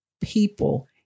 people